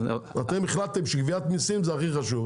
אתם החלטתם שגביית מיסים זה הכי חשוב,